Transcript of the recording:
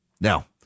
Now